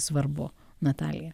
svarbu natalija